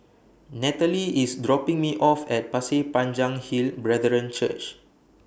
Natalee IS dropping Me off At Pasir Panjang Hill Brethren Church